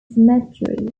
cemetery